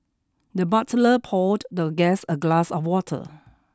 the butler poured the guest a glass of water